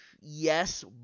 Yes